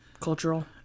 cultural